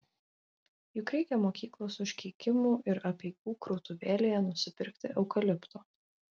juk reikia mokyklos užkeikimų ir apeigų krautuvėlėje nusipirkti eukalipto